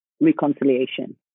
reconciliation